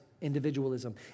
individualism